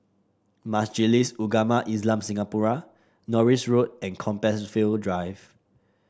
Majlis Ugama Islam Singapura Norris Road and Compassvale Drive